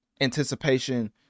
anticipation